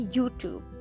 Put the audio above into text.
YouTube